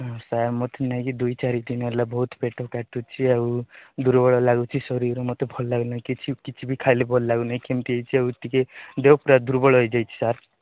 sir ମୋତେ ନେଇକି ଦୁଇ ଚାରି ଦିନ ହେଲା ବହୁତ ପେଟ କାଟୁଛି ଆଉ ଦୁର୍ବଳ ଲାଗୁଛି ଶରୀର ମୋତେ ଭଲ ଲାଗୁ ନାହିଁ କିଛି ବି କିଛି ବି ଖାଇଲେ ଭଲ ଲାଗୁ ନାହିଁ କେମିତି ଯୋଉ ଟିକେ ଦେହ ପୁରା ଦୁର୍ବଳ ହୋଇଯାଇଛି ସାର୍